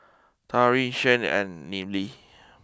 Tyrin Shane and Neely